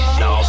no